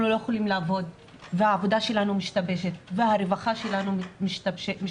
לא יכולים לעבוד והעבודה שלנו משתבשת והרווחה שלנו משתבשת.